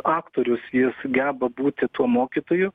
aktorius jis geba būti tuo mokytoju